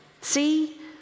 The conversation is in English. See